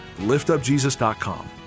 liftupjesus.com